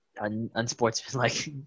Unsportsmanlike